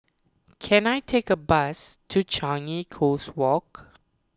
can I take a bus to Changi Coast Walk